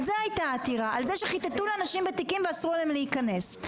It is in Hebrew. על זה שחיטטו לאנשים בתיקים ואסרו עליהם להיכנס.